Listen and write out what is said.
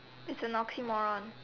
he's an oxymoron